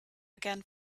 again